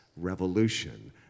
revolution